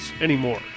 anymore